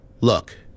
Look